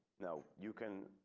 now you can.